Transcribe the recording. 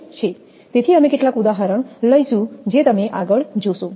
તેથી અમે કેટલાક ઉદાહરણ લઈશું જે તમે આગળ જોશો